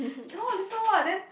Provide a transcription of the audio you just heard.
cannot listen what then